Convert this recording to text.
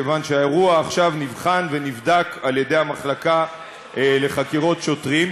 כיוון שהאירוע עכשיו נבחן ונבדק על-ידי המחלקה לחקירות שוטרים,